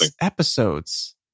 Episodes